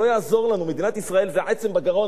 מדינת ישראל זה עצם בגרון מבחינת הנצרות.